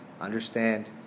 understand